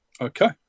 Okay